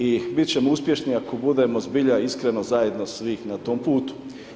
I bit ćemo uspješni ako budemo zbilja iskreno zajedno svih na tom putu.